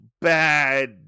bad